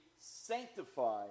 sanctify